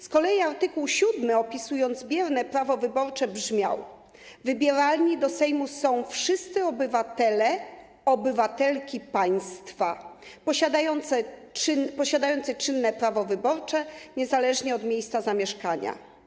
Z kolei art. 7, opisując bierne prawo wyborcze, brzmiał: wybieralni do Sejmu są wszyscy obywatele, obywatelki państwa, posiadający czynne prawo wyborcze, niezależnie od miejsca zamieszkania.